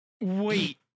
Wait